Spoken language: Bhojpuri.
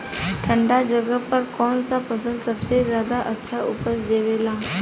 ठंढा जगह पर कौन सा फसल सबसे ज्यादा अच्छा उपज देवेला?